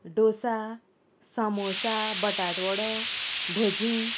डोसा समोसा बटाटवडो भजी